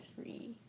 three